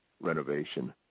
renovation